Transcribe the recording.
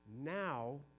Now